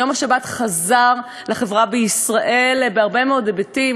יום השבת חזר לחברה בישראל בהרבה מאוד היבטים,